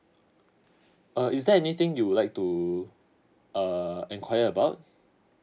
uh is there anything you would like to err enquire about